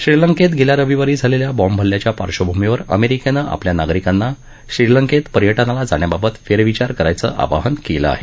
श्रीलंकेत गेल्या रविवारी झालेल्या बॉम्ब हल्ल्याच्या पार्श्वभूमीवर अमेरिकेने आपल्या नागरिकांना श्रीलंकेत पर्यटनाला जाण्याबाबत फेरविचार करायचं आवाहन केलं आहे